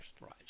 right